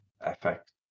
effect